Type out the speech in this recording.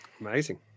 Amazing